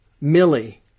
Millie